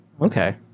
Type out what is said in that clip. Okay